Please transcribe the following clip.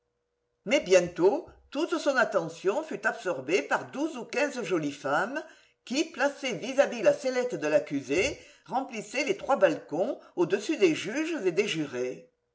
mais bientôt toute son attention fut absorbée par douze ou quinze jolies femmes qui placées vis-à-vis la sellette de l'accusé remplissaient les trois balcons au-dessus des juges et des jurés